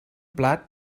plat